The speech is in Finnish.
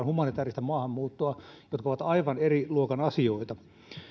humanitääristä maahanmuuttoa jotka ovat aivan eri luokan asioita